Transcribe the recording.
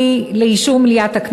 הבאה,